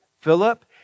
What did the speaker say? Philip